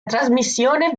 trasmissione